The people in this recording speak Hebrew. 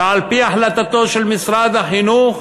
ועל-פי החלטתו של משרד החינוך,